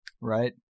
right